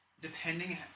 depending